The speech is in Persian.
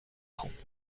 خوب